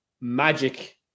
magic